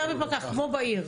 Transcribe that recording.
כמו בעיר.